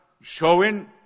showing